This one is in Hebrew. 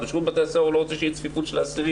שירות בתי הסוהר לא רוצה שתהיה צפיפות אסירים,